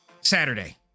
Saturday